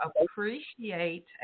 appreciate